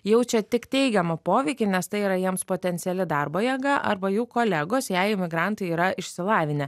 jaučia tik teigiamą poveikį nes tai yra jiems potenciali darbo jėga arba jų kolegos jei imigrantai yra išsilavinę